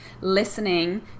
listening